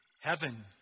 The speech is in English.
heaven